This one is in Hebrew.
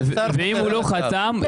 ואם הוא לא חתם,